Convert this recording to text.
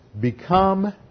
Become